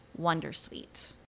Wondersuite